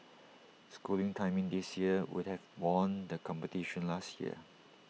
schooling's timing this year would have won the competition last year